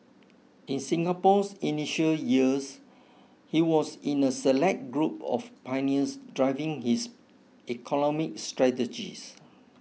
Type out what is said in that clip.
in Singapore's initial years he was in a select group of pioneers driving his economic strategies